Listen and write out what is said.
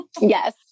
Yes